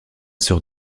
soeur